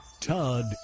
Todd